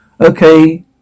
Okay